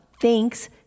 Thanks